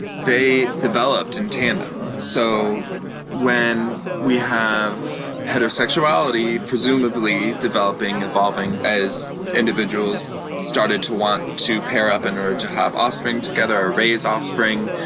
they developed in tandem. so when we have heterosexuality presumably developing, evolving, as individuals started to want to pair up in order to have offspring together or raise offspring,